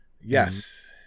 Yes